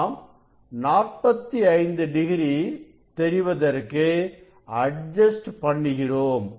நாம் 45 டிகிரி தெரிவதற்கு அட்ஜஸ்ட் பண்ணுகிறோம்